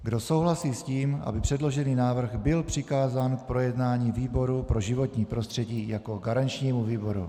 Kdo souhlasí s tím, aby byl předložený návrh přikázán k projednání výboru pro životní prostředí jako garančnímu výboru?